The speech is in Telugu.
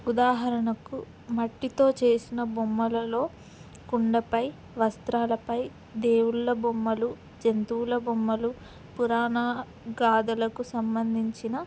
ఉదాహరణకు మట్టితో చేసిన బొమ్మలలో కుండలపై వస్త్రాలపై దేవుళ్ళ బొమ్మలు జంతువుల బొమ్మలు పురాణ గాథలకు సంబంధించిన